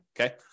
Okay